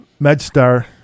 MedStar